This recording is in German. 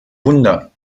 wunder